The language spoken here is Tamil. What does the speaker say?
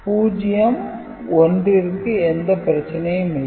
0 1 ற்கு எந்த பிரச்சனையும் இல்லை